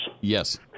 Yes